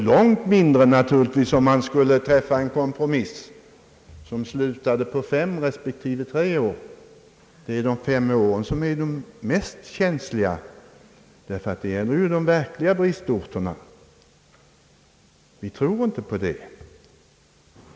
Långt mindre tror vi på en kompromiss om fem respektive tre år, varvid fem år för de verkliga bristorterna är den mest känsliga punkten.